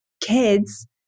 kids